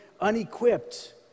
unequipped